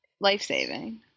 life-saving